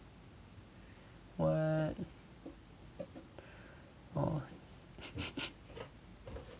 what oh